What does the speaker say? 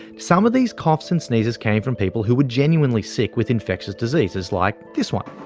some of these coughs and sneezes came from people who were genuinely sick with infectious diseases, like this one,